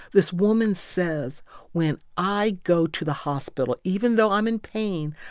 this woman says when i go to the hospital, even though i'm in pain,